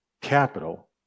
capital